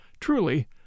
Truly